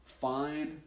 Find